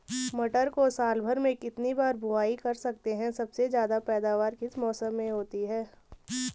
मटर को साल भर में कितनी बार बुआई कर सकते हैं सबसे ज़्यादा पैदावार किस मौसम में होती है?